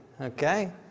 Okay